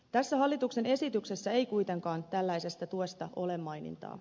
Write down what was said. tässä hallituksen esityksessä ei kuitenkaan tällaisesta tuesta ole mainintaa